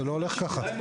זה לא הולך ככה.